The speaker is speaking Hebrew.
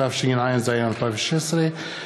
התשע"ז 2016,